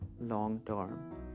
long-term